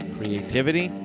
Creativity